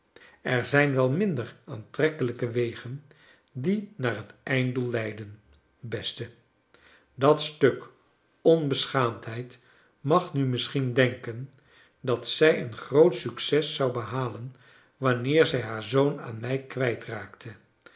er zijn wel minder aantrekkelrjke wegen die naar het einddoel leiden beste dat stuk onbeschaamdheid mag nu misschien denken dat zij een groot succes zou behalen wanneer zij haar zoon aan mij